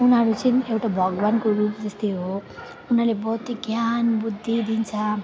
उनीहरू चाहिँ एउटा भगवानको रूप जस्तै हो उनीहरूले भौतिक ज्ञान बुद्धि दिन्छ